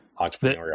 entrepreneurial